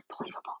unbelievable